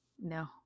No